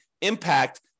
impact